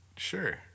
sure